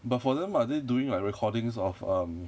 but for them are they doing like recordings of um